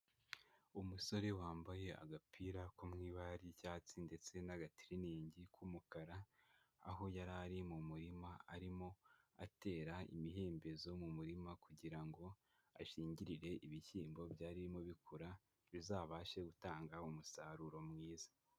Umusore wambaye agapira ko mu ibara ry'icyatsi ndetse n'agatriningi k'umukara, aho yari ari mu murima arimo atera imihembezo mu murima kugira ngo ashingirire ibishyimbo byari birimo bikura, bizabashe gutanga umusaruro mwiza.